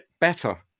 better